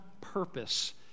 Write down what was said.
purpose